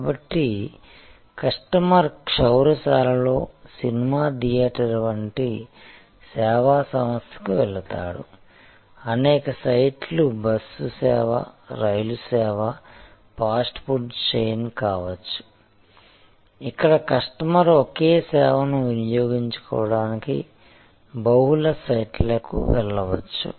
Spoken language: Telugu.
కాబట్టి కస్టమర్ క్షౌరశాలలో సినిమా థియేటర్ వంటి సేవా సంస్థకు వెళతాడు అనేక సైట్లు బస్సు సేవ రైలు సేవ ఫాస్ట్ ఫుడ్ చెయిన్ కావచ్చు ఇక్కడ కస్టమర్ ఒకే సేవను వినియోగించుకోవడానికి బహుళ సైట్లకు వెళ్ళవచ్చు